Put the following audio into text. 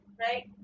Right